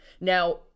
Now